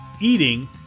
Eating